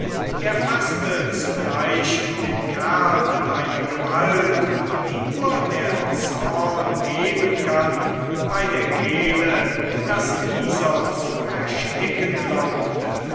er faßte zugleich den kerl mit einer gewalt die nur der zorn geben kann bei der kehle daß dieser zu ersticken glaubte